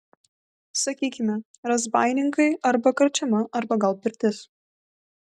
sakykime razbaininkai arba karčiama arba gal pirtis